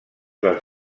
dels